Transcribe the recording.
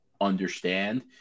understand